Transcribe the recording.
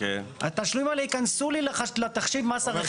התשלומים האלה ייכנסו לתחשיב מס הרכישה.